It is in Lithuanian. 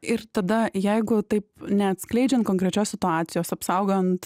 ir tada jeigu taip neatskleidžiant konkrečios situacijos apsaugant